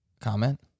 Comment